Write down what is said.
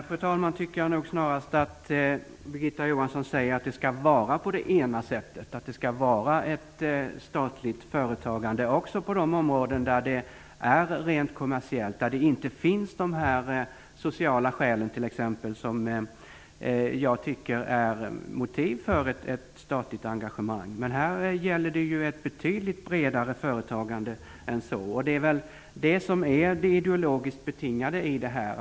Fru talman! Jag tycker snarast att Birgitta Johansson säger att det skall vara på det ena sättet. Det skall vara ett statligt företagande också på de rent kommersiella områdena, där de sociala skäl som jag tycker är motiv för ett statligt engagemang inte finns. Här gäller det ju ett betydligt bredare företagande än så. Det är väl det som är det ideologiskt betingade i detta.